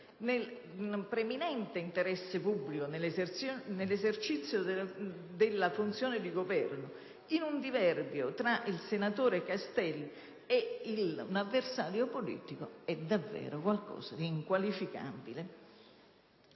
di preminente interesse pubblico nell'esercizio della funzione di governo in un diverbio tra il senatore Castelli e un avversario politico è davvero qualcosa di inqualificabile.